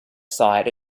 side